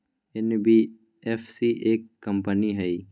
NBFC एक company हई?